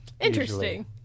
Interesting